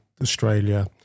Australia